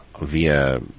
via